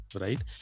right